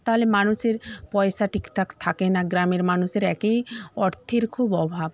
তাহলে মানুষের পয়সা ঠিকঠাক থাকে না গ্রামের মানুষের একেই অর্থের খুব অভাব